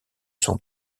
son